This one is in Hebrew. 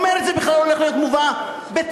אומרת: זה בכלל הולך להיות מובא בתקנות.